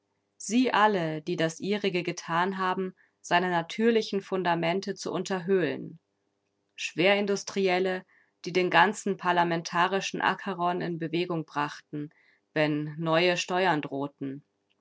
sie alle die das ihrige getan haben seine natürlichen fundamente zu unterhöhlen schwerindustrielle die den ganzen parlamentarischen acheron in bewegung brachten wenn neue steuern drohten